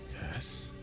yes